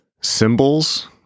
symbols